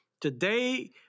Today